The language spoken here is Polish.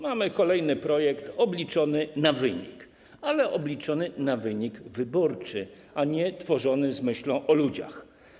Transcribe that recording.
Mamy kolejny projekt obliczony na wynik, ale na wynik wyborczy, a nie stworzony z myślą o ludziach.